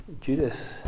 Judas